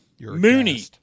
Mooney